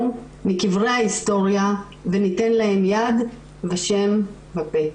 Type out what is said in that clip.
מכבלי ההיסטוריה וניתן להם יד ושם בפה".